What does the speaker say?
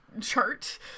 chart